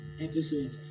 episode